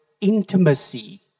intimacy